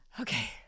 Okay